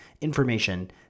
information